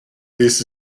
this